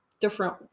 different